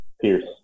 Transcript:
Pierce